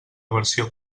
versió